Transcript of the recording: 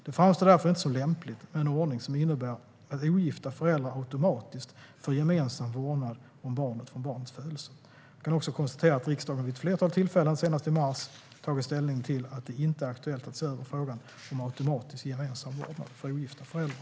Det framstår därför inte som lämpligt med en ordning som innebär att ogifta föräldrar automatiskt får gemensam vårdnad om barnet från barnets födelse. Jag kan också konstatera att riksdagen vid ett flertal tillfällen, senast i mars, tagit ställning till att det inte är aktuellt att se över frågan om automatisk gemensam vårdnad för ogifta föräldrar.